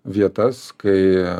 vietas kai